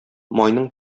майның